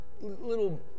little